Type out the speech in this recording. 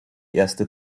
erste